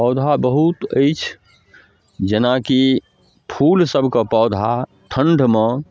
पौधा बहुत अछि जेनाकि फूलसबके पौधा ठण्डमे